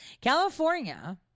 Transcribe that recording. California